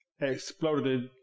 exploded